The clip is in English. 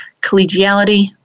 collegiality